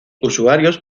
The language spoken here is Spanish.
usuarios